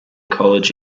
college